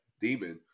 demon